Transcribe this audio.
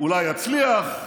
אולי יצליח,